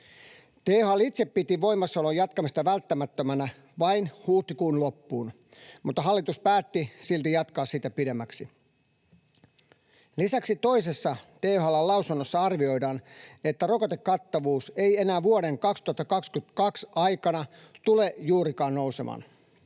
THL itse piti voimassaolon jatkamista välttämättömänä vain huhtikuun loppuun, mutta hallitus päätti silti jatkaa sitä pidemmäksi. Lisäksi toisessa THL:n lausunnossa arvioidaan, että rokotekattavuus ei enää vuoden 2022 aikana tule juurikaan nousemaan.